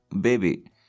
Baby